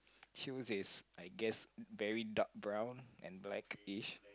shoes is I guess very dark brown and blackish